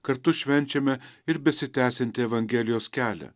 kartu švenčiame ir besitęsiantį evangelijos kelią